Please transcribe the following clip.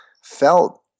felt